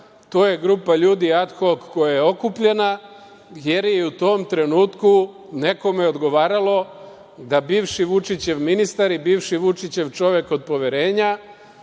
je grupa ljudi ad hok koja je okupljena, jer je u tom trenutku nekome odgovaralo da bivši Vučićev ministar i bivši Vučićev čovek od poverenja